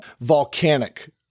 volcanic